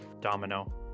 Domino